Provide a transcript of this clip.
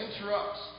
interrupts